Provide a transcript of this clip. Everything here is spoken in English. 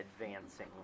advancing